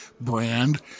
brand